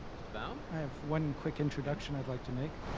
mr. baum? i have one quick introduction i'd like to make.